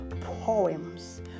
Poems